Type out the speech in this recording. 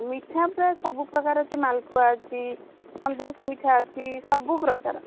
ମିଠା ପ୍ରାୟ ସବୁପ୍ରକାର ଅଛି ମାଲପୁଆ ଅଛି ସନ୍ଦେଶ ମିଠା ଅଛି ସବୁପ୍ରକାର